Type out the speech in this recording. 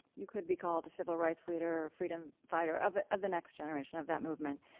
you could be called a civil rights leader, a freedom fighter of of the next generation of that movement.